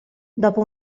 dopo